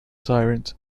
sirens